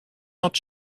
not